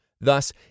Thus